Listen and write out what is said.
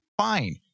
fine